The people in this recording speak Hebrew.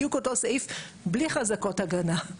בדיוק אותו סעיף בלי חזקות הגנה.